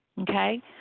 okay